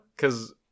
Cause